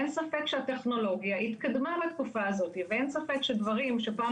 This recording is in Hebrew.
אין ספק שהטכנולוגיה התקדמה בתקופה הזאת ואין ספק שדברים שפעם